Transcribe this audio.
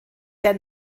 der